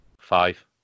five